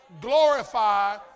Glorify